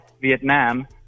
Vietnam